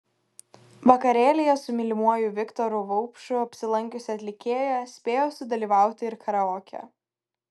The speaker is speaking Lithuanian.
vakarėlyje su mylimuoju viktoru vaupšu apsilankiusi atlikėja spėjo sudalyvauti ir karaoke